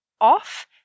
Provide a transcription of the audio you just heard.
Off